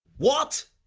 what,